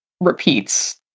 repeats